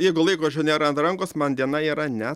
jeigu laikrodžio nėra ant rankos man diena yra ne